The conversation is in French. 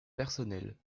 personnelles